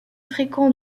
fréquent